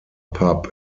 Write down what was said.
pub